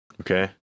Okay